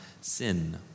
sin